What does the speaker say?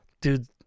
Dude